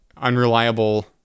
unreliable